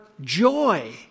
joy